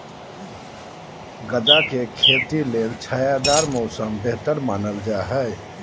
गदा के खेती ले छायादार मौसम बेहतर मानल जा हय